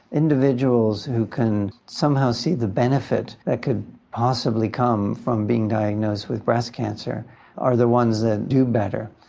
individuals who can somehow see the benefit that could possibly come from being diagnosed with breast cancer are the ones that do better.